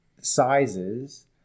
sizes